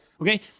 Okay